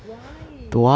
why